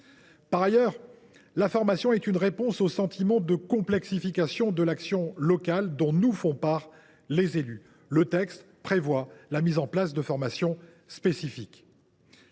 Par ailleurs, la formation offre une réponse au sentiment de complexification de l’action locale dont font part les élus. Le texte prévoit ainsi la mise en place de formations spécifiques.